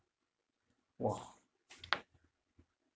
!wah!